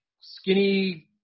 skinny